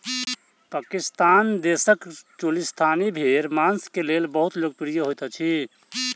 पाकिस्तान देशक चोलिस्तानी भेड़ मांस के लेल बहुत लोकप्रिय होइत अछि